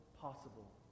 possible